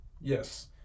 Yes